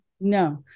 No